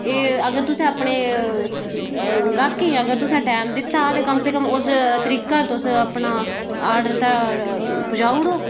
एह् अगर तुसे अपने गाहकें गी टैम दित्ता ते कम स कम उस तरीका उपर अपना समान पजाई ओड़ो